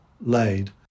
laid